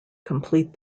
complete